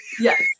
yes